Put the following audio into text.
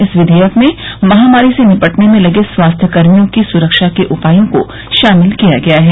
इस विधेयक में महामारी से निपटने में लगे स्वास्थ्य कर्मियों की सुरक्षा के उपायों को शामिल किया गया है